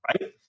Right